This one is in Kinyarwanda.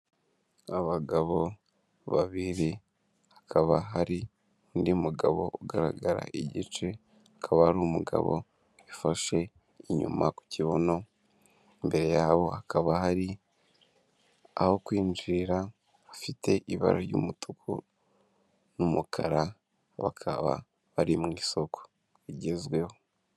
Abagabo babiri, hakaba hari undi mugabo ugaragara igice, akaba ari umugabo wifashe inyuma ku kibuno, imbere yabo hakaba hari aho kwinjirira hafite ibara ry'umutuku n'umukara, bakaba bari mu isoko rigezweho.